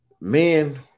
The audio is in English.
men